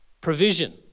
provision